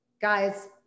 guys